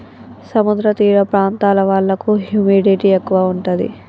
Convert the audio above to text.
సముద్ర తీర ప్రాంతాల వాళ్లకు హ్యూమిడిటీ ఎక్కువ ఉంటది